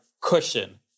cushion